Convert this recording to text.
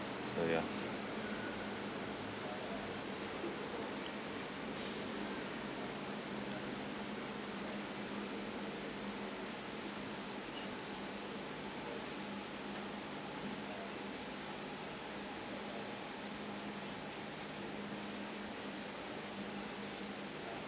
so ya